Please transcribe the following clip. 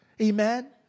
Amen